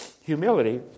Humility